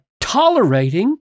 tolerating